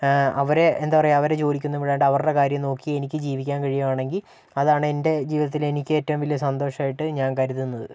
അവരെ എന്താ പറയുക അവരെ ജോലിക്ക് ഒന്നും വിടാണ്ട് അവരുടെ കാര്യം നോക്കി എനിക്ക് ജീവിക്കാന് കഴിയുകയാണെങ്കിൽ അതാണ് എന്റെ ജീവിതത്തിലെ എനിക്ക് ഏറ്റവും വലിയ സന്തോഷമായിട്ട് ഞാന് കരുതുന്നത്